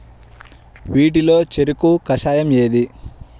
వీటిలో చెరకు కషాయం ఏది?